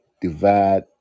divide